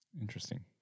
Interesting